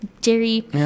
Jerry